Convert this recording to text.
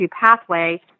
pathway